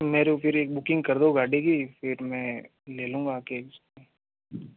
मेरी फिर एक बुकिंग कर दो गाड़ी की फिर मैं ले लूँगा आ कर